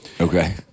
Okay